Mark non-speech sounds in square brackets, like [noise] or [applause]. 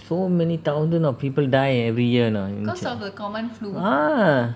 so many thousands of people die every year you know [laughs] ah